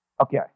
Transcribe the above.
Okay